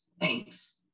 thanks